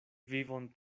vivon